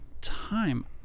time